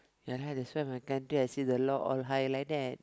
ya lah that's why my country I say the law all high like that